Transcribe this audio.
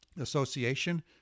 association